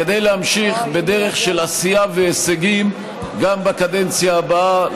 כדי להמשיך בדרך של עשייה והישגים גם בקדנציה הבאה,